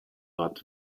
bad